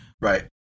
Right